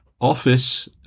office